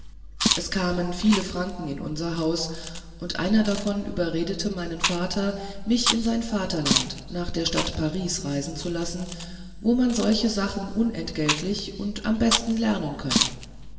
es kamen viele franken in unser haus und einer davon überredete meinen vater mich in sein vaterland nach der stadt paris reisen zu lassen wo man solche sachen unentgeltlich und am besten lernen könne